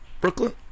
Brooklyn